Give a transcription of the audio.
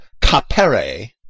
capere